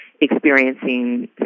experiencing